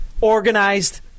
organized